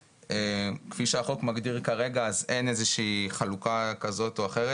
כפי שהחוק מגדיר כרגע אין איזו שהיא חלוקה כזאת או אחרת,